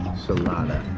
salada